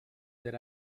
that